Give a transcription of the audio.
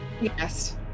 Yes